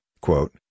quote